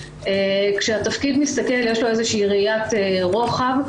כאשר לתפקיד יש איזו ראיית רוחב,